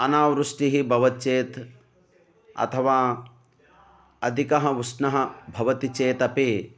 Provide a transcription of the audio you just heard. अनावृष्टिः भवति चेत् अथवा अधिकः उष्णः भवति चेदपि